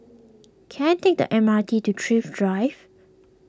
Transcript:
can I take the M R T to Thrift Drive